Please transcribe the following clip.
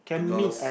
because